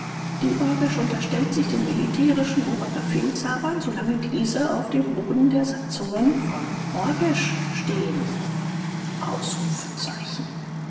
die orgesch unterstellt sich den militärischen oberbefehlshabern solange diese auf dem boden der satzungen von orgesch stehen